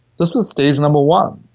this was stage number one.